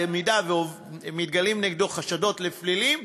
אם מתגלים נגדו חשדות לפלילים,